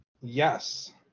Yes